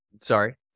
Sorry